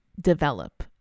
develop